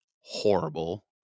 horrible